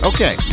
Okay